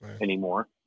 Anymore